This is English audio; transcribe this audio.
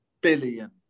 billion